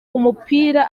umupira